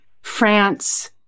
France